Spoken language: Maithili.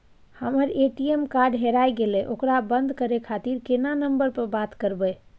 हमर ए.टी.एम कार्ड हेराय गेले ओकरा बंद करे खातिर केना नंबर पर बात करबे?